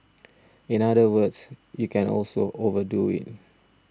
in other words you can also overdo it